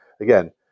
Again